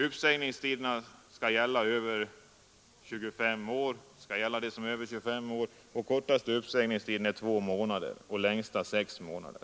Uppsägningstiderna skall gälla dem som är över 25 år. Kortaste uppsägningstiden är 2 månader och längsta 6 månader.